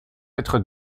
être